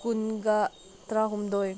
ꯀꯨꯟꯒ ꯇꯔꯥ ꯍꯨꯝꯗꯣꯏ